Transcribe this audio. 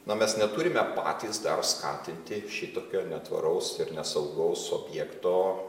na mes neturime patys dar skatinti šitokio netvaraus ir nesaugaus objekto